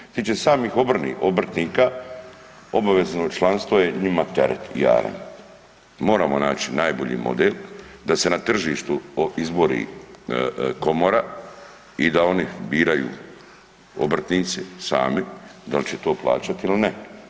Što se tiče samih obrtnika obavezno članstvo je njima teret i jaram i moramo naći najbolji model da se na tržištu izbori komora i da oni biraju obrtnici sami dal će to plaćati ili ne.